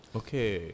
okay